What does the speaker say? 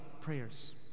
prayers